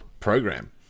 program